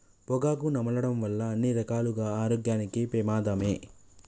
పొగాకు నమలడం వల్ల అన్ని రకాలుగా ఆరోగ్యానికి పెమాదమే